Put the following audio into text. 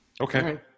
Okay